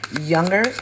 younger